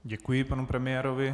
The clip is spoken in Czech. Děkuji panu premiérovi.